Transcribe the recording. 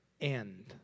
end